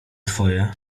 twoje